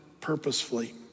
purposefully